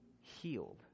healed